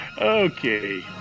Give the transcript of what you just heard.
Okay